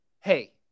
hey